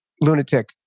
lunatic